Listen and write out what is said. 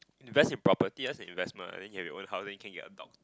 invest in property that's an investment I think you have your own house then you can get a dog